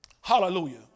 Hallelujah